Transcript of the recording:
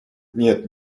нет